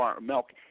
milk